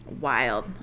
wild